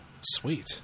Sweet